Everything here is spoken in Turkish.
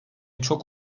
çok